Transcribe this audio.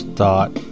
Thought